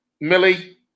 Millie